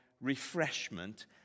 refreshment